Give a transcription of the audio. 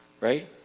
right